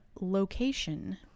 location